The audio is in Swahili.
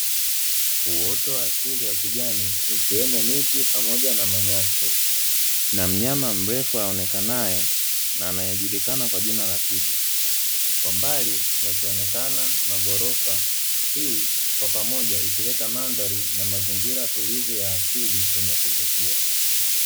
Uoto wa asili wa kijani, ikiwemo miti, pamoja na manyasi, na mnyama mrefu aonekanae na anayejulikana kwa jina la twiga. Kwa mbali, yakionekana maghorofa, hii kwa pamoja ikileta mandhari na mazingira tulivu ya asili yenye kuvutia.